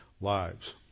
lives